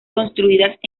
construidas